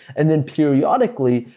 and then periodically,